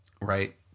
Right